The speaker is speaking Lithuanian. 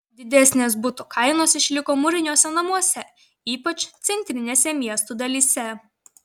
didesnės butų kainos išliko mūriniuose namuose ypač centrinėse miestų dalyse